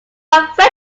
french